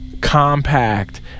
compact